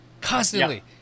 constantly